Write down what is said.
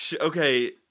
Okay